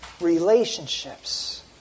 relationships